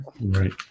Right